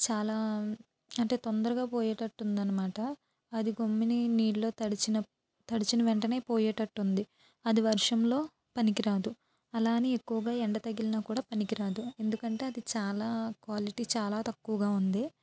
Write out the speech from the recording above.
చాలా అంటే తొందరగా పోయేటట్టు ఉంది అనమాట అదిగొమ్మిని నీళ్ళో తడిచిన తడిచిన వెంటనే పోయేటట్టుంది అది వర్షంలో పనికిరాదు అలా అని ఎక్కువగా ఎండ తగిలినా కూడా పనికిరాదు ఎందుకంటే అది చాలా క్వాలిటీ చాలా తక్కువగా ఉందే